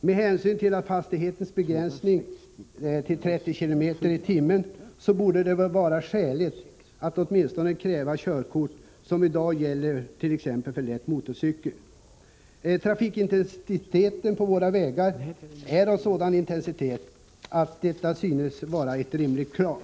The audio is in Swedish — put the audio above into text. Med hänsyn till att hastigheten för A-traktorer är begränsad till 30 km/tim är det skäligt att åtminstone kräva körkort av det slag som gäller t.ex. för lätt motorcykel. Trafikintensiteten på våra vägar är sådan att detta synes vara ett rimligt krav.